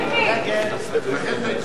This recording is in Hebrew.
נתקבל.